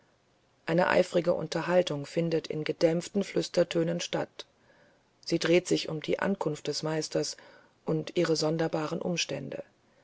eine eifrige unterhaltung findet in gedämpftem flüstertöne statt sie dreht sich um die ankunft des meisters und ihre sonderbaren umstände